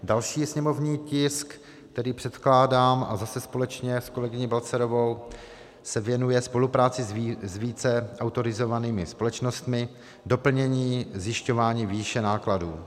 Další sněmovní tisk, který předkládám, a zase společně s kolegyní Balcarovou, se věnuje spolupráci s více autorizovanými společnostmi doplnění zjišťování výše nákladů.